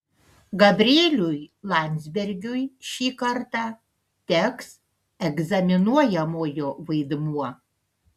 gabrieliui landsbergiui šį kartą teks egzaminuojamojo vaidmuo